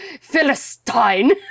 philistine